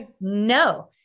no